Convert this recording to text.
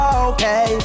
okay